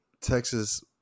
Texas